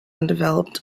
undeveloped